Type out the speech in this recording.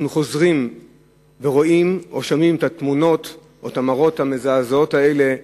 אנחנו חוזרים ורואים ושומעים את התמונות ואת המראות המזעזעים האלה שילד,